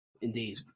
Indeed